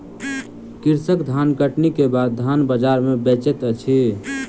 कृषक धानकटनी के बाद धान बजार में बेचैत अछि